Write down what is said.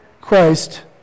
Christ